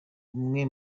umwe